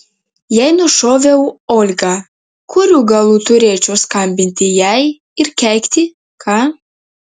jei nušoviau olgą kurių galų turėčiau skambinti jai ir keikti ką